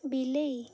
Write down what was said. ବିଲେଇ